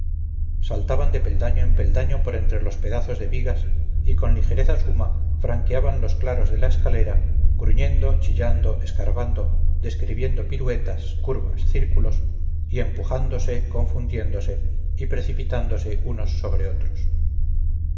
saltaban de peldaño en peldaño por entre los pedazos de vigas y con ligereza suma franqueaban los claros de la escalera gruñendo chillando escarbando describiendo piruetas curvas círculos y empujándose confundiéndose y precipitándose unos sobre otros